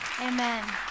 Amen